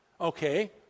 Okay